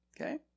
Okay